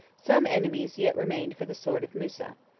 some enemies yet remained for the sword of musa.